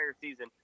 season